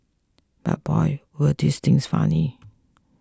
but boy were these things funny